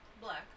black